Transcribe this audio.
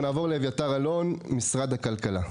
נעבור לאביתר אלון ממשרד הכלכלה.